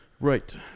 Right